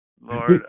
Lord